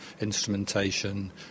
instrumentation